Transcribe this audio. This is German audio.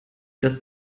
das